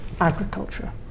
agriculture